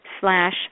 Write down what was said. slash